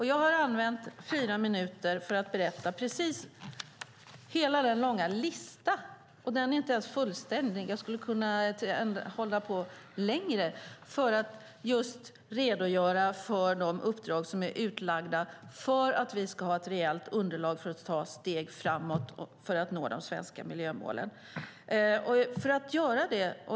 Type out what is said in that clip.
Jag har använt fyra minuter för att redogöra för de uppdrag som är utlagda - listan är inte ens fullständig, utan jag skulle kunna hålla på längre - för att vi ska ha ett rejält underlag för att ta steg framåt för att nå de svenska miljömålen.